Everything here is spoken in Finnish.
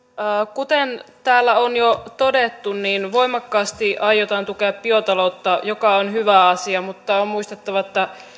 kuten täällä on jo todettu niin voimakkaasti aiotaan tukea biotaloutta mikä on hyvä asia mutta on muistettava että